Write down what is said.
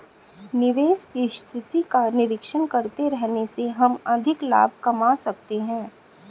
निवेश की स्थिति का निरीक्षण करते रहने से हम अधिक लाभ कमा सकते हैं